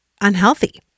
unhealthy